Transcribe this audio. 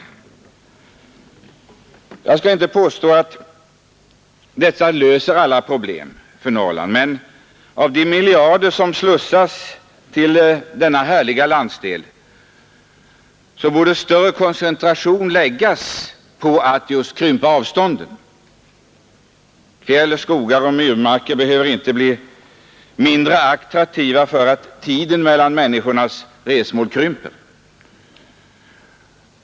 Jag skall inte påstå att detta löser alla problem för Norrland, men med de miljarder som slussas till denna härliga landsdel borde ansträngningarna koncentreras mera på att just krympa avstånden. Fjäll, skogar och myrmarker behöver inte bli mindre attraktiva för att tiden mellan människornas resmål krymper.